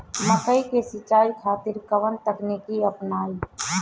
मकई के सिंचाई खातिर कवन तकनीक अपनाई?